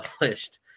published